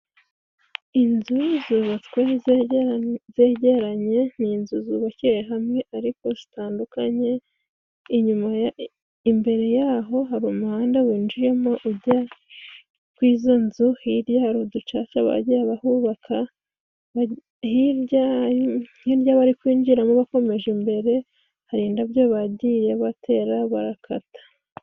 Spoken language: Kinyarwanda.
inzu zubatswe zegeranye ni inzu zubakiye hamwe ariko zitandukanye. inyuma, imbere y'aho hari umuhanda winjiyemo ujya kw'izo nzu. Hirya hari uducaca bagiye bahubaka. hirya bari kwinjiramo bakomeje imbere, hari indabyo bagiye batera barakata.